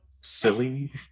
silly